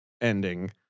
ending